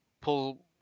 pull –